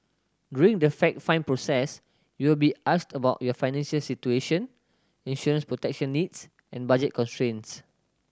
during the fact find process you will be asked about your financial situation insurance protection needs and budget constraints